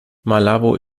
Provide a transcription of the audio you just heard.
malabo